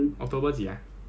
is it got confinement or not ah